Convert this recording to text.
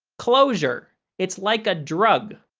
closure. it's like a drug.